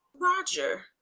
roger